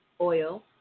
oil